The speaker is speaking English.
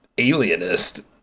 alienist